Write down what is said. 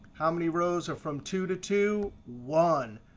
how many rows are from two to two, one.